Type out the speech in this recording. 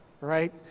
right